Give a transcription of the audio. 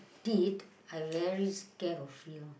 did I very scared of here